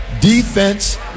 Defense